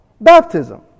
baptism